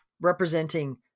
representing